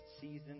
season